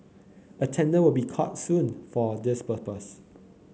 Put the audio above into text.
a tender will be called soon for this purpose